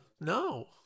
No